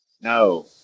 No